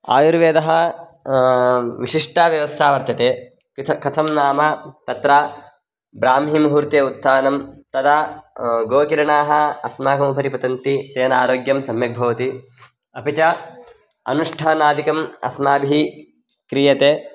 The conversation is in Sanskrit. आयुर्वेदः विशिष्टा व्यवस्था वर्तते कत् कथं नाम तत्र ब्राह्मीमुहूर्ते उत्थानं तदा गोकिरणाः अस्माकम् उपरि पतन्ति तेन आरोग्यं सम्यक् भवति अपि च अनुष्ठानादिकम् अस्माभिः क्रियते